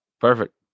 Perfect